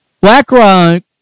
BlackRock